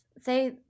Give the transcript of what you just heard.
Say